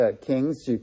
Kings